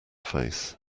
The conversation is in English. face